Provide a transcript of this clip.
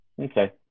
Okay